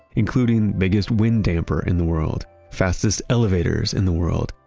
including biggest wind damper in the world, fastest elevators in the world,